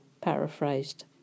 paraphrased